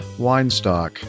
Weinstock